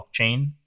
blockchain